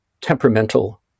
temperamental